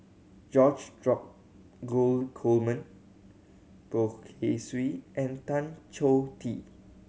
George drop gold Coleman Poh Kay Swee and Tan Choh Tee